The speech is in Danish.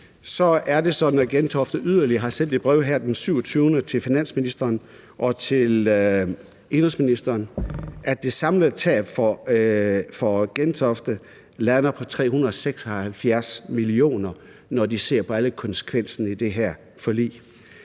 samtidig sådan, at Gentofte yderligere her den 27. har sendt et brev til finansministeren og til indenrigsministeren om, at det samlede tab for Gentofte lander på 376 mio. kr., når de ser på alle konsekvenserne i det her forlig.